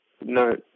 no